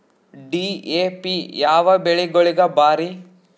DAP ಯಾವ ಬೆಳಿಗೊಳಿಗ ಭಾರಿ?